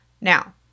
Now